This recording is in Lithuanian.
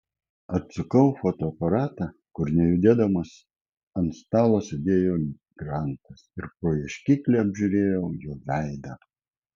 atsukau fotoaparatą kur nejudėdamas ant stalo sėdėjo grantas ir pro ieškiklį apžiūrėjau jo veidą